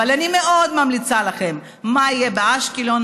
אבל אני מאוד ממליצה לכם לראות מה יהיה באשקלון,